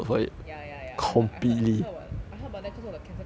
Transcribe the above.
ya ya ya I heard I heard I heard about I heard about that cause of the cancel culture